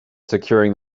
securing